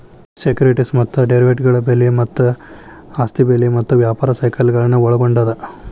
securities ಮತ್ತ ಡೆರಿವೇಟಿವ್ಗಳ ಬೆಲೆ ಮತ್ತ ಆಸ್ತಿ ಬೆಲೆ ಮತ್ತ ವ್ಯಾಪಾರ ಸೈಕಲ್ಗಳನ್ನ ಒಳ್ಗೊಂಡದ